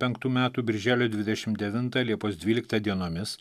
penktų metų birželio dvidešim devintą liepos dvyliktą dienomis